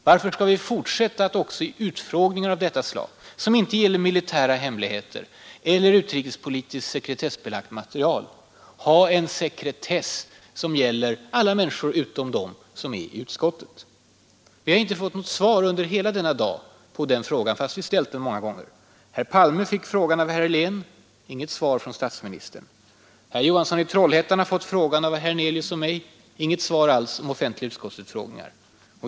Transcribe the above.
Varför skall vi fortsätta att också vid utfrågningar, som inte gäller militära hemligheter eller utrikespolitiskt sekretessbelagt material, ha hemlighetsmakeri för alla människor utom dem som är i utskottet? Vi har inte fått något svar på den frågan under hela denna dag, fast vi ställt den många gånger. Herr Palme fick frågan av herr Helén; inget svar från statsministern. Herr Johansson i Trollhättan har fått frågan av herr Hernelius och mig; inget svar alls om offentliga utskottsutfrågningar.